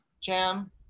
jam